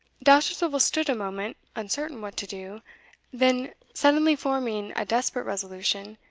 dousterswivel stood a moment uncertain what to do then, suddenly forming a desperate resolution,